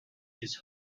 his